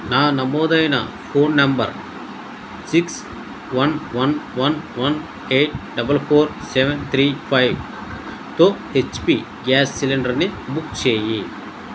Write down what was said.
నా నమోదైన phone number six one one one one eight double four seven three ఫైవ్తో HP gas సిలిండర్ని book చేయి